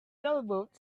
sailboat